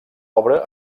obra